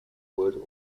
wood